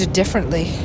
differently